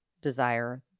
desire